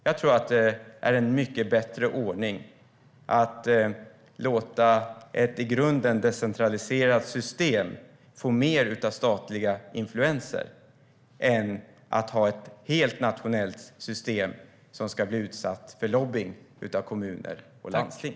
Jag tror att det är en mycket bättre ordning att låta ett i grunden decentraliserat system få mer av statliga influenser än att ha ett helt nationellt system som ska bli utsatt för lobbying av kommuner och landsting.